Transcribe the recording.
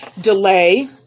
delay